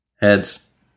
Heads